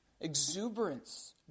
exuberance